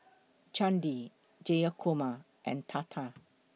Chandi Jayakumar and Tata